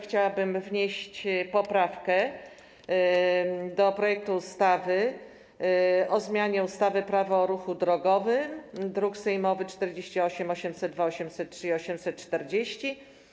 Chciałabym wnieść poprawkę do projektu ustawy o zmianie ustawy - Prawo o ruchu drogowym, druki sejmowe nr 48, 802, 803 i 840.